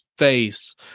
Face